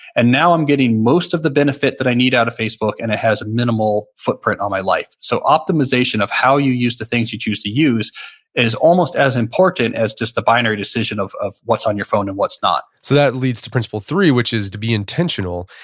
and now, i'm getting most of the benefit that i need out of facebook and it has a minimal footprint on my life. so optimization of how you use the things you choose to use is almost as important as just the binary decision of of what's on your phone and what's not so that leads to principle three which is to be intentional.